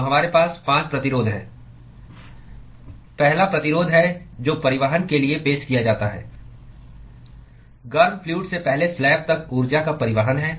तो हमारे पास 5 प्रतिरोध हैं पहला प्रतिरोध है जो परिवहन के लिए पेश किया जाता है गर्म फ्लूअड से पहले स्लैब तक ऊर्जा का परिवहन है